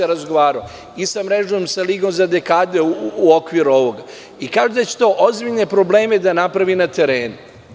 Razgovarao sam isa Mrežom za ligu za dekade u okviru ovoga i kakve će to ozbiljne probleme da napravi na terenu.